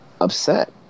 upset